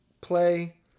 play